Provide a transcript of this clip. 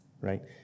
right